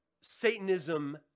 Satanism